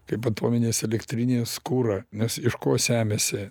kaip atominės elektrinės kurą nes iš ko semiasi